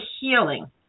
healing